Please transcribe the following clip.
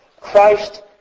Christ